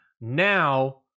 Now